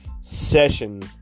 session